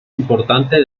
importante